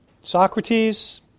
Socrates